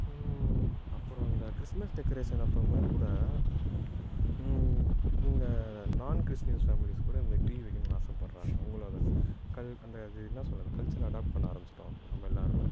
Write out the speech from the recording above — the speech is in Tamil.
அப்புறம் இந்த கிறிஸ்மஸ் டெக்கரேஷன் அப்போவுமே கூட இந்த நான் கிறிஸ்டின்ஸ் ஃபேமிலிஸ் கூட இந்த ட்ரீ வைக்கணுன்னு ஆசைப்பட்றாங்க அவங்களும் அதை கல் அந்த அது என்ன சொல்கிறது அந்த கல்ச்சரை அடாப்ட் பண்ண ஆரம்பிச்சுட்டோம் நம்ம எல்லோருமே